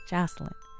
Jocelyn